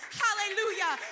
hallelujah